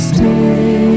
Stay